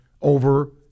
over